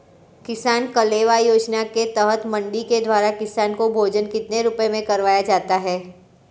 किसान कलेवा योजना के तहत मंडी के द्वारा किसान को भोजन कितने रुपए में करवाया जाता है?